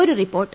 ഒരു റിപ്പോർട്ട്